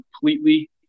completely